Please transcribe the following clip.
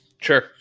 Sure